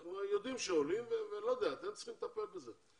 אתם צריכים לטפל בזה.